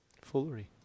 Foolery